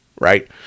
Right